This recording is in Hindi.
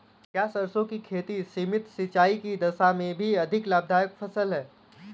क्या सरसों की खेती सीमित सिंचाई की दशा में भी अधिक लाभदायक फसल है?